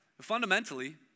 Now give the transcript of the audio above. Fundamentally